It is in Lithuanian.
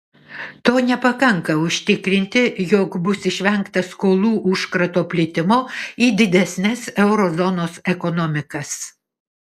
to nepakanka užtikrinti jog bus išvengta skolų užkrato plitimo į didesnes euro zonos ekonomikas